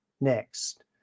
next